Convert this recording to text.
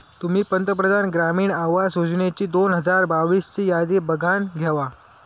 तुम्ही पंतप्रधान ग्रामीण आवास योजनेची दोन हजार बावीस ची यादी बघानं घेवा